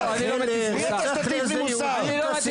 מי אתה שאתה תטיף לי מוסר?